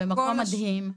מקום מדהים.